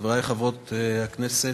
חברי חברי הכנסת,